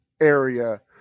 area